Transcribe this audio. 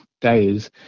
days